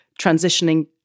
transitioning